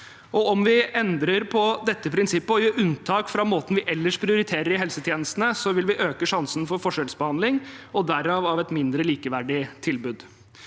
Om vi endrer på dette prinsippet og gjør unntak fra måten vi ellers prioriterer i helsetjenestene, vil vi øke sjansen for forskjellsbehandling og derav for et mindre likeverdig tilbud.